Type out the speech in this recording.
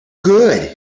good